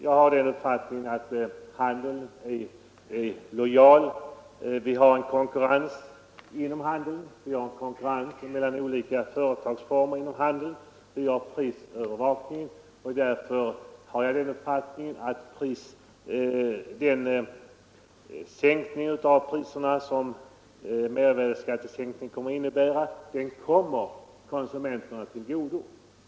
Jag har den uppfattningen att handeln är lojal. Därjämte finns konkurrens inom handeln bl.a. mellan olika företagsformer, och det finns en prisövervakning från samhällets sida. Därför har jag den uppfattningen att mervärdeskattesänkningen också prismässigt kommer konsumenterna till godo.